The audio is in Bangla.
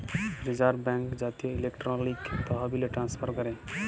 রিজার্ভ ব্যাঙ্ক জাতীয় ইলেকট্রলিক তহবিল ট্রান্সফার ক্যরে